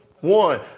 One